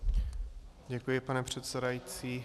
Děkuji, pane předsedající.